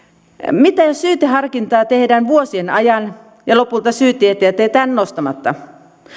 mitä jos syyteharkintaa tehdään vuosien ajan ja lopulta syytteet jätetään nostamatta